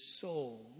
soul